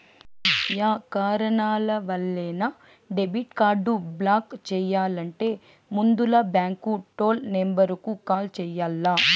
yeah కారణాలవల్లైనా debit card block చెయ్యాలంటే ముందల బాంకు టోల్ నెంబరుకు కాల్ చెయ్యాల్ల